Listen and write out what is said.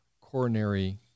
coronary